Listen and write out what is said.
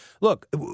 Look